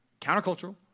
Countercultural